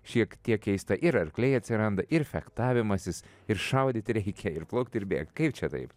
šiek tiek keista ir arkliai atsiranda ir fechtavimasis ir šaudyti reikia ir plaukt ir bėkt kaip čia taip